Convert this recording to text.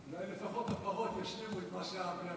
אדוני היושב-ראש, חבריי חברי הכנסת,